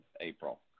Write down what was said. April